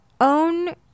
own